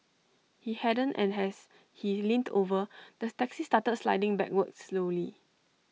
he hadn't and as he leaned over the taxi started sliding backwards slowly